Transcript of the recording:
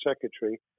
secretary